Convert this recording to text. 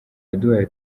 yaduhaye